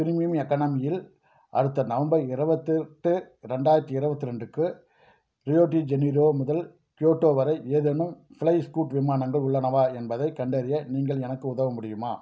premium economy இல் அடுத்த November இருபத்து எட்டு ரெண்டாயிரத்தி இருபத்து ரெண்டுக்கு ரியோ டி ஜெனிரோ முதல் கியோட்டோ வரை ஏதேனும் ஃப்ளை ஸ்கூட் விமானங்கள் உள்ளனவா என்பதைக் கண்டறிய நீங்கள் எனக்கு உதவ முடியுமா